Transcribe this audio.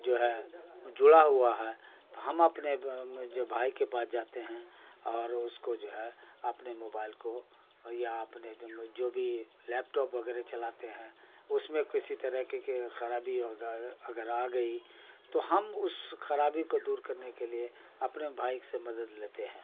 جو ہے جڑا ہوا ہے تو ہم اپنے جو بھائی کے پاس جاتے ہیں اور اس کو جو ہے اپنے موبائل کو یا اپنے جو بھی لیپ ٹاپ وغیرہ چلاتے ہیں اس میں کسی طریقے کی خرابی اگر اگر آ گئی تو ہم اس خرابی کو دور کرنے کے لیے اپنے بھائی سے مدد لیتے ہیں